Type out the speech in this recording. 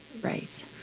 Right